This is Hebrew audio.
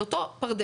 על אותו פרדס,